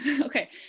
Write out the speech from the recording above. okay